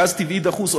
גז טבעי דחוס,